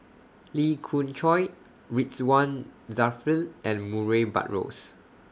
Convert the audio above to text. Lee Khoon Choy Ridzwan Dzafir and Murray Buttrose